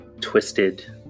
twisted